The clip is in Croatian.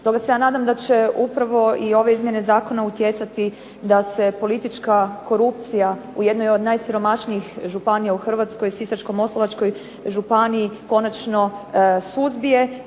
Stoga se ja nadam da će upravo i ove izmjene zakona utjecati da se politička korupcija u jednoj od najsiromašnijih županija u Hrvatskoj, Sisačko-moslavačkoj županiji, konačno suzbije